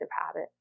habit